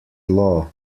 law